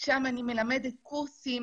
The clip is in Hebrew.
שם אני מלמדת קורסים